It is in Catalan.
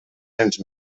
cents